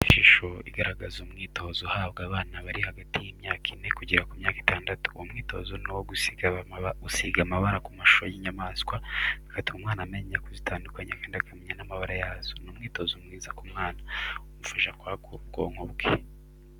Ishusho igaragaza umwitozo uhabwa abana bari hagati y'imyaka ine kugera ku myaka itandatu, uwo mwitozo ni uwo gusiga amabara ku mashusho y'inyamaswa, bigatuma umwana amenya kuzitandukanya kandi akamenya n'amabara yazo. ni umwitozo mwiza ku mwana, umufasha kwagura ubwonko bwe.